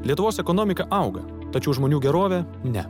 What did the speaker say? lietuvos ekonomika auga tačiau žmonių gerovė ne